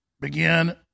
begin